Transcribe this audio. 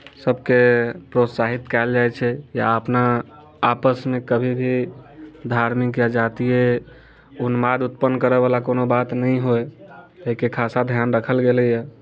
सभके प्रोत्साहित कयल जाइत छै या अपना आपसमे कभी भी धार्मिक या जातीय उन्माद उत्पन्न करयवला कोनो बात नहि होय एहिके खासा ध्यान राखल गेलैए